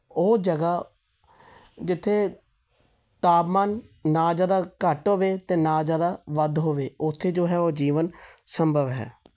ਉਹ ਜਗ੍ਹਾ ਜਿੱਥੇ ਤਾਪਮਾਨ ਨਾ ਜ਼ਿਆਦਾ ਘੱਟ ਹੋਵੇ ਅਤੇ ਨਾ ਜ਼ਿਆਦਾ ਵੱਧ ਹੋਵੇ ਉੱਥੇ ਜੋ ਹੈ ਉਹ ਜੀਵਨ ਸੰਭਵ ਹੈ